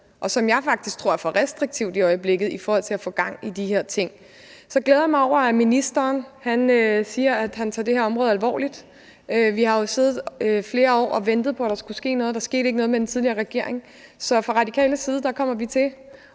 og som jeg faktisk tror er for restriktivt i øjeblikket i forhold til at få gang i de her ting. Jeg glæder mig over, at ministeren siger, at han tager det her område alvorligt. Vi har jo siddet flere år og ventet på, at der skulle ske noget – der skete ikke noget under den tidligere regering – så fra Radikales side kommer vi til